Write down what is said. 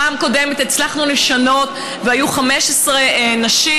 בפעם הקודמת הצלחנו לשנות והיו 15 נשים: